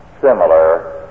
similar